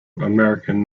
american